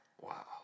Wow